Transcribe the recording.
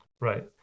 right